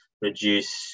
reduce